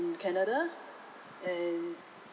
canada and